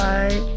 Bye